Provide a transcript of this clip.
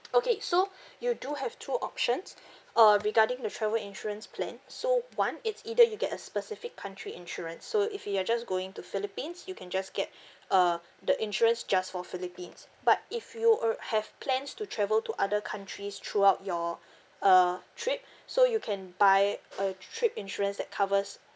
okay so you do have two options uh regarding the travel insurance plan so one it's either you get a specific country insurance so if you are just going to philippines you can just get uh the insurance just for philippines but if you uh have plans to travel to other countries throughout your uh trip so you can buy a trip insurance that covers